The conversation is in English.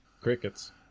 Crickets